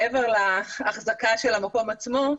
מעבר להחזקה של המקום עצמו,